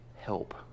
help